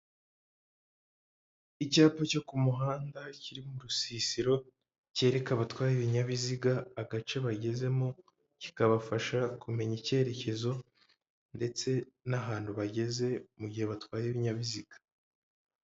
Icyapa cyo ku muhanda kiri mu rusisiro cyereka abatwaye ibinyabiziga agace bagezemo kikabafasha kumenya icyerekezo ndetse n'ahantu bageze mu gihe batwaye ibinyabiziga.